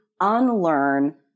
unlearn